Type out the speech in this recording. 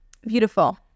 Beautiful